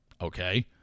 Okay